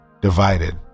divided